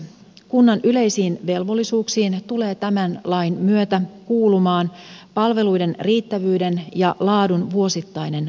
kunnan yleisiin velvollisuuksiin tulee tämän lain myötä kuulumaan palveluiden riittävyyden ja laadun vuosittainen arviointi